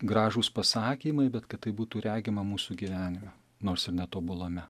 gražūs pasakymai bet kad tai būtų regima mūsų gyvenime nors ir netobulame